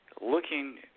looking